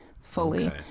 fully